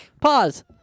Pause